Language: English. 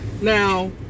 Now